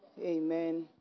Amen